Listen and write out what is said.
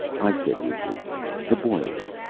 i said weakly the boilers.